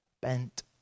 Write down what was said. bent